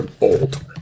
Old